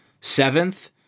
seventh